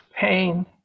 pain